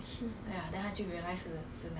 tell he at bunk then he